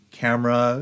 camera